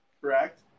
Correct